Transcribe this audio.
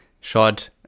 short